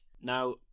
Now